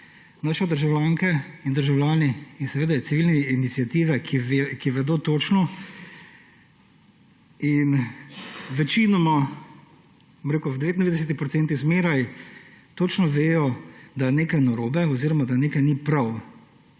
naši državljanke in državljani in seveda civilne iniciative, ki vedo točno in večinoma, v 99 %, zmeraj točno vejo, da je nekaj narobe oziroma da nekaj ni prav.